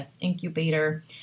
incubator